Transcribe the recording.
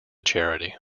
charity